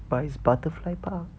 but is butterfly park